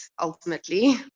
ultimately